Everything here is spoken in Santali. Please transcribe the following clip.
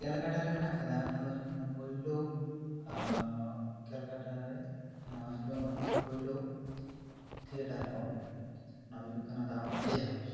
ᱠᱮᱞᱠᱟᱴᱟ ᱨᱮ ᱢᱮᱱᱟᱜ ᱟᱠᱟᱫᱟ ᱚᱱᱟ ᱫᱚ ᱦᱩᱭᱩᱜ ᱠᱟᱱᱟ ᱯᱩᱭᱞᱩ ᱠᱮᱞᱠᱟᱴᱟ ᱨᱮ ᱳᱭᱮᱥᱴ ᱵᱟᱝᱜᱟᱞ ᱨᱮᱱᱟᱜ ᱯᱩᱭᱞᱩ ᱛᱷᱤᱭᱮᱴᱟᱨ ᱦᱚᱞ ᱚᱱᱟ ᱫᱚ ᱦᱩᱭᱩᱜ ᱠᱟᱱᱟ ᱰᱟᱨᱠ ᱯᱞᱮ ᱦᱟᱣᱩᱥ